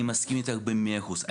אני מסכים איתך במאה אחוז.